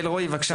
אלרואי, בבקשה.